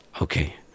Okay